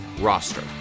roster